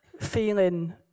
feeling